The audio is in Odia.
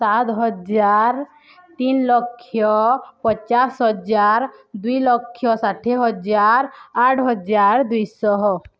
ସାତ ହଜାର ତିନି ଲକ୍ଷ ପଚାଶ ହଜାର ଦୁଇ ଲକ୍ଷ ଷାଠିଏ ହଜାର ଆଠ ହଜାର ଦୁଇଶହ